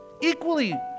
Equally